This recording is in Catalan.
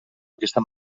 aquesta